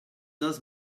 does